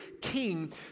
king